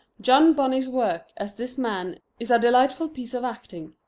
john bunny's work as this man is a delightful piece of acting.